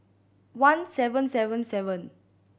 one seven seven seven